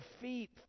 feet